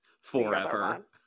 Forever